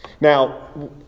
Now